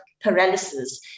paralysis